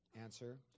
Answer